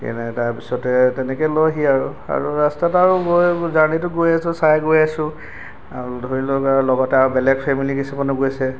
এনে তাৰ পিছতে তেনেকৈ লয়হি আৰু আৰু ৰাস্তাত আৰু গৈ জাৰ্নিতো গৈ আছো চাই গৈ আছো আৰু ধৰি লওক আৰু লগতে আৰু বেলেগ ফেমিলি কিছুমানো গৈছে